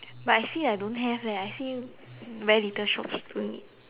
but I see like don't have leh I see very little shops doing it